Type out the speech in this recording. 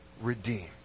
Redeem